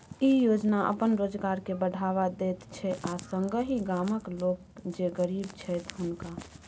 ई योजना अपन रोजगार के बढ़ावा दैत छै आ संगहि गामक लोक जे गरीब छैथ हुनका